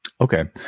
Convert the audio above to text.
Okay